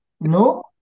No